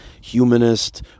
humanist